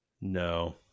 No